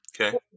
Okay